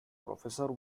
professor